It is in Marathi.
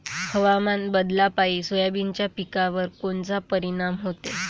हवामान बदलापायी सोयाबीनच्या पिकावर कोनचा परिणाम होते?